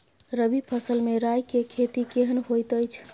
रबी फसल मे राई के खेती केहन होयत अछि?